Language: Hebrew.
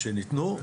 שניתנו.